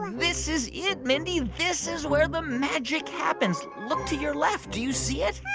this is it, mindy. this is where the magic happens. look to your left. do you see it?